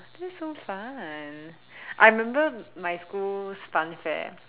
that's so fun I remember my school's funfair